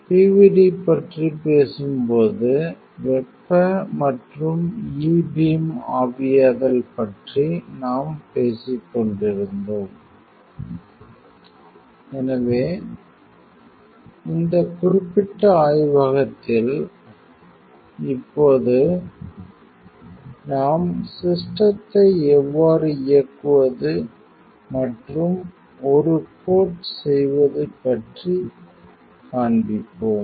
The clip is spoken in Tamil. PVD பற்றி நாம் பேசும்போது வெப்ப மற்றும் E பீம் ஆவியாதல் பற்றி நாம் பேசிக் கொண்டிருந்தோம் எனவே இந்த குறிப்பிட்ட ஆய்வகத்தில் இப்போது நாம் சிஸ்டத்தை எவ்வாறு இயக்குவது மற்றும் ஒரு கோட் செய்வது பற்றி காண்பிப்போம்